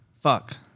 Fuck